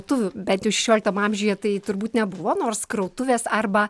tų bent jau šešioliktam amžiuje tai turbūt nebuvo nors krautuvės arba